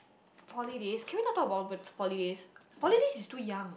poly days can we not talk about the poly days poly days is too young